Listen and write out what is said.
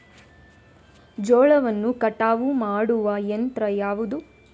ಜೋಳವನ್ನು ಕಟಾವು ಮಾಡುವ ಯಂತ್ರ ಯಾವುದು?